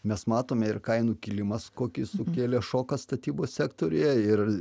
mes matome ir kainų kilimas kokį sukelia šoką statybos sektoriuje ir